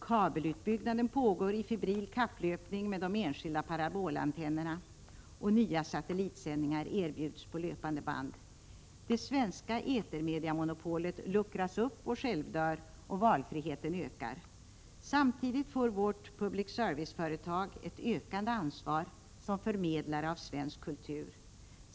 Kabelutbyggnaden pågår i febril kapplöpning med de enskilda parabolantennerna, och nya satellitsändningar erbjuds på löpande band. Det svenska etermediamonopolet luckras upp och självdör, och valfriheten ökar. Samtidigt får vårt public-service-företag ett ökande ansvar som förmedlare av svensk kultur.